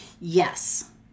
Yes